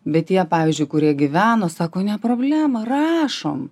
bet tie pavyzdžiui kurie gyveno sako ne problemą rašom